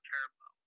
Turbo